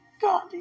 God